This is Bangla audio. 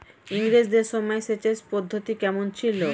ইঙরেজদের সময় সেচের পদ্ধতি কমন ছিল?